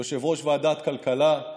יושב-ראש ועדת הכלכלה.